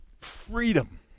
freedom